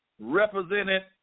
Represented